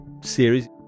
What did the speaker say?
series